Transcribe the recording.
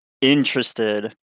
interested